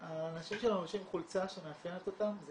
האנשים שלנו לובשים חולצה שמאפיינת אותם, זה